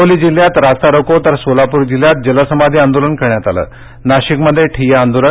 ंगोली जिल्ह्यात रास्ता रोको तर सोलापूर जिल्ह्यात जलसमाधी आंदोलन करण्यात आलंनाशिकमध्ये ठिय्या आंदोलन